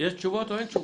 יש תשובות או אין תשובות?